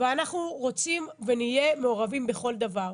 ואנחנו רוצים ונהיה מעורבים בכל דבר.